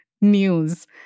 news